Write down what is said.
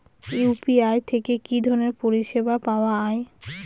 UPI থেকে কি ধরণের পরিষেবা পাওয়া য়ায়?